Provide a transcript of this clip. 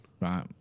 Right